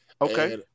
okay